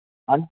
ਹਾਂ